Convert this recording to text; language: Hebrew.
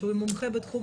שהוא מומחה בתחום